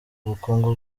bukungu